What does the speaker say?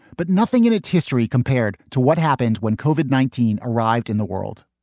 but nothing in its history compared to what happened when cauvin, nineteen, arrived in the world.